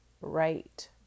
right